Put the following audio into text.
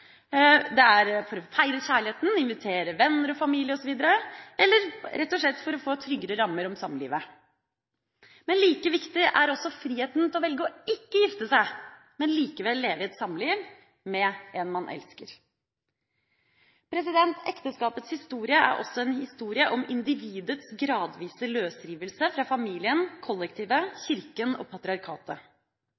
Det kan være for å feire kjærligheten, invitere venner og familie osv., eller rett og slett for å få tryggere rammer om samlivet. Men like viktig er friheten til å velge ikke å gifte seg, men likevel leve i et samliv med en man elsker. Ekteskapets historie er også en historie om individets gradvise løsrivelse fra familien, kollektivet,